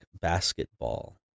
basketball